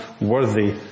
worthy